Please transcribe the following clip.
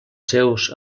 seus